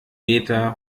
meter